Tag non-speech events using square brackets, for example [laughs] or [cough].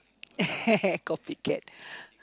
[laughs] copycat